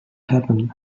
happen